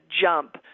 jump